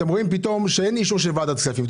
אתם רואים פתאום שאין אישור של ועדת כספים.